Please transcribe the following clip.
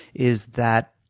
is that